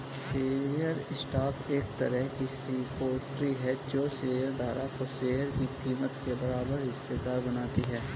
share stock एक तरह की सिक्योरिटी है जो शेयर धारक को शेयर की कीमत के बराबर हिस्सेदार बनाती है